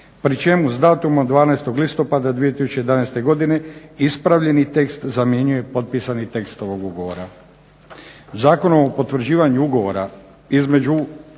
pri čemu s datumom 12. listopada 2011. godine ispravljeni tekst zamjenjuje potpisani tekst ovog ugovora.